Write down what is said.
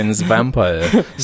vampire